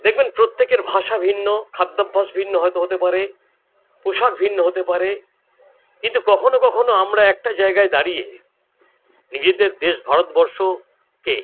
দেখবেন প্রত্যেকের ভাষা ভিন্ন খাদ্যাভাস ভিন্ন হয়তো হতে পারে পোশাক ভিন্ন হতে পারে কিন্তু কখনো কখনো আমরা একটা জায়গায় দাঁড়িয়ে নিজেদের দেশ ভারতবর্ষকে